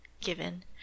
given